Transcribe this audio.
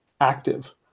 active